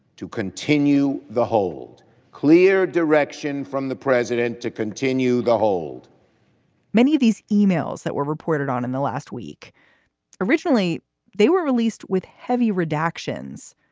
to continue the hold clear direction from the president, to continue the hold many of these emails that were reported on in the last week originally they were released with heavy redactions.